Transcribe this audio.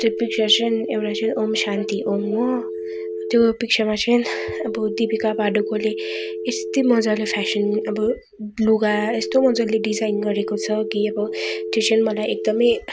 त्यो पिक्चर चाहिँ एउटा चाहिँ ओम् शान्ति ओम् हो त्यो पिक्चरमा चाहिँ अब दिपिका पाडुकोनले यस्तो मजाले फ्याशन अब लुगा यस्तो मजाले डिजाइन गरेको छ कि अब त्यो चाहिँ मलाई एकदमै